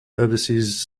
overseas